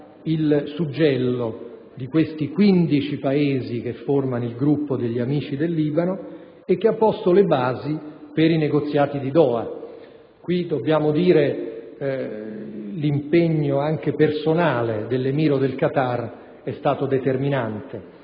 il suggello dei 15 Paesi che formano il gruppo degli «Amici del Libano» e che ha posto le basi per i negoziati di Doha. L'impegno, anche personale, dell'Emiro del Qatar è stato determinante: